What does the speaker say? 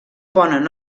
ponen